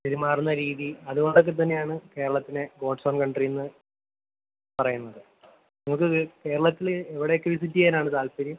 പെരുമാറുന്ന രീതി അതുകൊണ്ടൊക്കെത്തന്നെയാണ് കേരളത്തിനെ ഗോഡ്സ് ഓൺ കൺട്രി എന്ന് പറയുന്നത് നിങ്ങൾക്ക് കേരളത്തിൽ എവിടെയൊക്കെ വിസിറ്റ് ചെയ്യാനാണ് താൽപ്പര്യം